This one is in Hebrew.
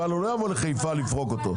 לא יבוא לחיפה לפרוק אותו.